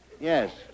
Yes